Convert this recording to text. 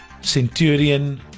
Centurion